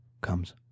comes